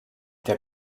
der